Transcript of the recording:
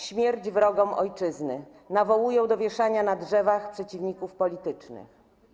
Śmierć wrogom ojczyzny i nawołują do wieszania na drzewach przeciwników politycznych.